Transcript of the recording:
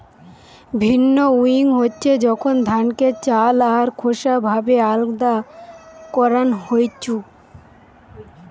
ভিন্নউইং হচ্ছে যখন ধানকে চাল আর খোসা ভাবে আলদা করান হইছু